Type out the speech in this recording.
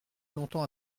longtemps